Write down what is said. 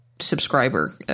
subscriber